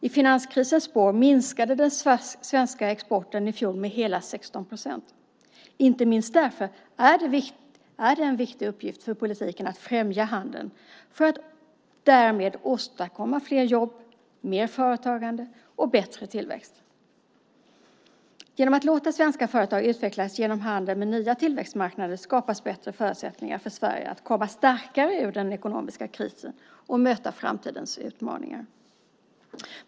I finanskrisens spår minskade den svenska exporten i fjol med hela 16 procent. Inte minst därför är det en viktig uppgift för politiken att främja handel för att därmed åstadkomma fler jobb, mer företagande och bättre tillväxt. Genom att låta svenska företag utvecklas genom handeln med nya tillväxtmarknader skapas bättre förutsättningar för Sverige att komma starkare ur den ekonomiska krisen och möta framtidens utmaningar.